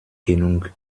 genug